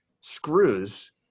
screws